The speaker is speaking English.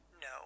No